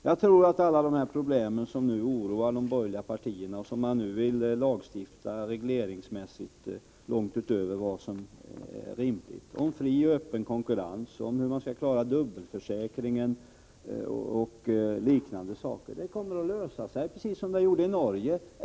Jag tror att alla problem som nu oroar de borgerliga partierna och som man vill lagstifta om och reglera långt utöver vad som är rimligt — om fri och öppen konkurrens, om hur man skall klara dubbelförsäkringen och liknande saker — kommer att lösa sig, precis som de gjorde i Norge.